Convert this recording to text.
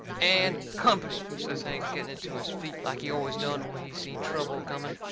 and company, says hank, getting onto his feet, like he always done when he seen trouble coming.